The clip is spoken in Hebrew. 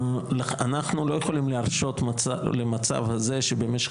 אנחנו לא יכולים להרשות למצב הזה שבמשך